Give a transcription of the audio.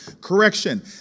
Correction